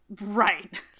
Right